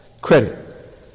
credit